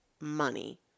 money